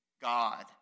God